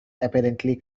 apparently